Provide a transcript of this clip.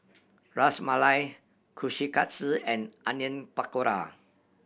Ras Malai Kushikatsu and Onion Pakora